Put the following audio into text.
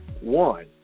one